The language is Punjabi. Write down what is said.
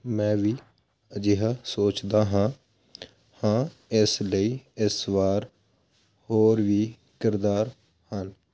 ਮੈਂ ਵੀ ਅਜਿਹਾ ਸੋਚਦਾ ਹਾਂ ਹਾਂ ਇਸ ਲਈ ਇਸ ਵਾਰ ਹੋਰ ਵੀ ਕਿਰਦਾਰ ਹਨ